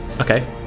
Okay